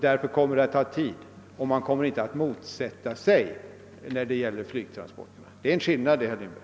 Därför kommer det att ta tid, men man kommer inte att motsätta sig när det gäller flygtransporterna. Det är skillnad det, herr Lindberg.